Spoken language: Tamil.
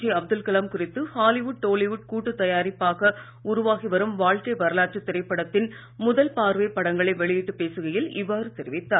ஜே அப்துல் கலாம் குறித்து ஹாலிவுட் டோலிவுட் கூட்டு தயாரிப்பாக உருவாகி வரும் வாழ்க்கை வரலாற்றுத் திரைப்படத்தின் முதல் பார்வைப் படங்களை வெளியிட்டு பேசுகையில் இவ்வாறு தெரிவித்தார்